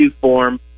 form